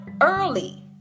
early